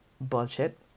bullshit